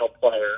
player